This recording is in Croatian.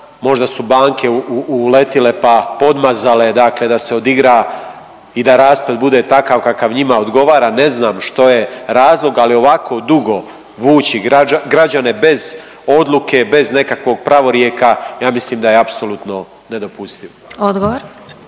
možda su banke uletile, pa podmazale dakle da se odigra i da rasplet bude takav kakav njima odgovara, ne znam što je razlog, ali ovako dugo vući građane bez odluke, bez nekakvog pravorijeka ja mislim da je apsolutno nedopustivo.